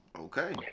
okay